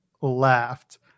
laughed